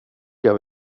jag